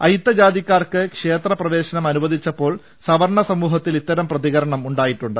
അയിത്ത ജാതിക്കാർക്ക് ക്ഷേത്ര പ്രവേശനം അനുവദിച്ചപ്പോൾ സവർണ്ണ സമൂഹത്തിൽ ഇത്തരം പ്രതികരണം ഉണ്ടായിട്ടുണ്ട്